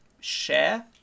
share